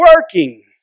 working